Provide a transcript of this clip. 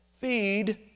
Feed